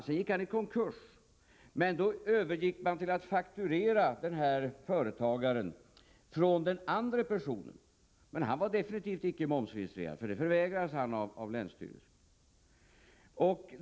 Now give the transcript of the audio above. Sedan gick han i konkurs, och då övergick man till att fakturera företagaren från den andra personen — men han var definitivt inte momsregistrerad, för det förvägrades han av länsstyrelsen.